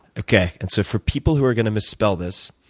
okay. and so for people who are going to misspell this,